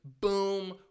boom